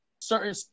Certain